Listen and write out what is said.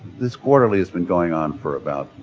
this quarterly has been going on for about,